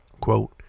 Quote